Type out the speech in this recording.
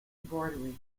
embroidery